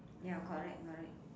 ya correct correct